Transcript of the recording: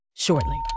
Shortly